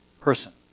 person